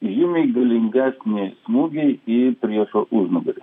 žymiai galingesni smūgiai į priešo užnugarį